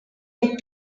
egg